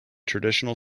traditional